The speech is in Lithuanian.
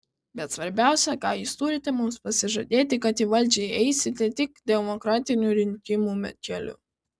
bet svarbiausia ką jūs turite mums pasižadėti kad į valdžią eisite tik demokratinių rinkimų keliu